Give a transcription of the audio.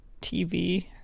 tv